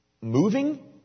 moving